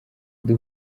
ndi